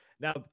Now